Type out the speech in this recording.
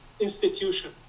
institution